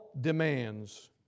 demands